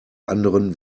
anderen